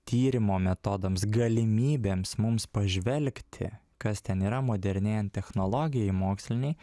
tyrimo metodams galimybėms mums pažvelgti kas ten yra modernėjant technologijai mokslinei